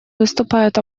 выступает